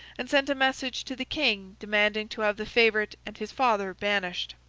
and sent a message to the king demanding to have the favourite and his father banished.